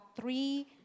three